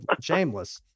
shameless